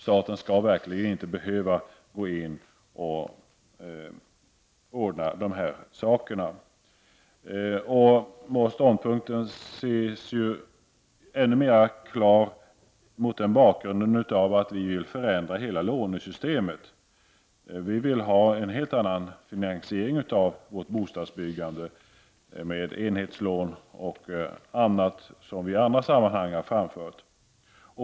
Staten skall verkligen inte behöva ordna dessa saker. Vår ståndpunkt är ännu mera klar om man ser den mot bakgrunden av att vi vill förändra hela lånesystemet. Vi vill ha en helt annan finansiering av bostadsbyggandet med enhetslån m.m. Detta har vi framfört i andra sammanhang.